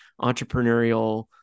entrepreneurial